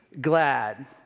glad